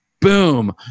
Boom